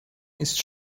ist